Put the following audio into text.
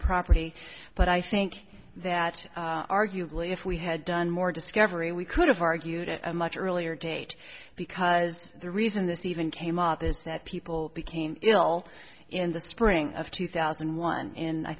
property but i think that arguably if we had done more discovery we could have argued at a much earlier date because the reason this even came up is that people became ill in the spring of two thousand and one i